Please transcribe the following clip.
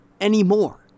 anymore